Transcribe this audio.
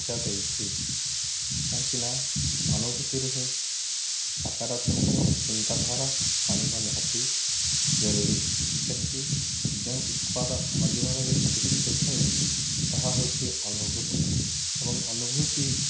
ଶିକ୍ଷା ଦେଇଛି କାହିଁକି ନା ଅନୁଭୂତିରୁ ହିଁ ସକାରାତ୍ମକ ଚିନ୍ତାଧାରା ଆଣିବା ନିହାତି ଜରୁରୀ କାହିଁକି ଯେଉଁ ଉତ୍ପାଦ ଆମ ଜୀବନରେ କିଛି ଶିଖାଇଥାଏ ତାହା ହଉଛି ଅନୁଭୂତି ଏବଂ ଅନୁଭୂତି